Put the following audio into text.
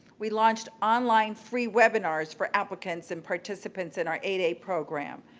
we launched online free webinars for applicants and participants in our eight a program.